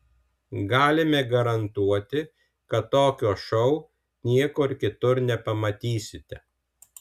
galime garantuoti kad tokio šou niekur kitur nepamatysite